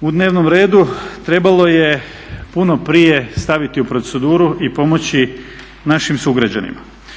u dnevnom redu trebalo je puno prije staviti u proceduru i pomoći našim sugrađanima.